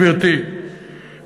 גברתי,